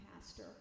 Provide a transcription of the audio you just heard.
pastor